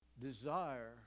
Desire